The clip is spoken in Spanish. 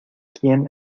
quién